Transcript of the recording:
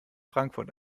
frankfurt